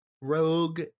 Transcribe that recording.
Rogue